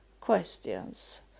questions